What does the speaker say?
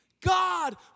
God